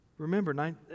Remember